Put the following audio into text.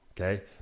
okay